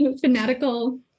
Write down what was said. fanatical